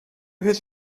his